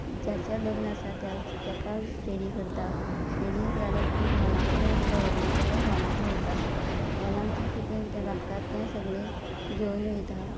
ज्याचें लग्न आसा त्या ताका रेडी करता रेडी जालें की हॉलान लग्न दवरलें जाल्यार हॉलान वयता हॉलाक जें कितें कितें लागता तें सगळें घेवन वयता